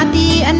um the and